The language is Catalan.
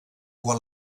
quan